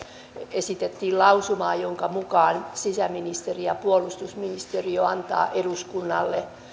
esitettiin lausuma jonka mukaan sisäministeriö ja ja puolustusministeriö antavat eduskunnalle